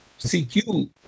CQ